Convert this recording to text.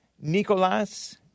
Nicolas